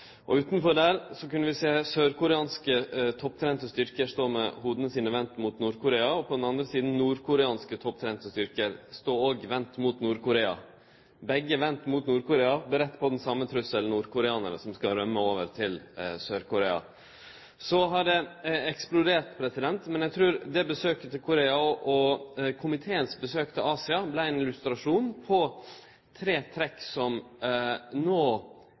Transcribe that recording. den andre sida nordkoreanske topptrena styrker òg stå vende mot Nord-Korea. Begge stod vende mot Nord-Korea, førebudde på den same trusselen, nordkoreanarar som skal rømme over til Sør-Korea. Så har det eksplodert. Men eg trur at det besøket til Korea og komiteens besøk til Asia vart ein illustrasjon på tre trekk som